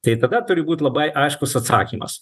tai tada turi būt labai aiškus atsakymas